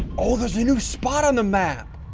oh, there's a new spot on the map